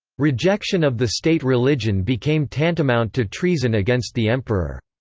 rejection of the state religion became tantamount to treason against the emperor.